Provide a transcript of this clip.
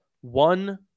one